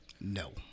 No